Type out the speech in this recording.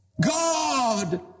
God